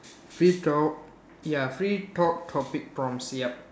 free talk ya free talk topic prompts yup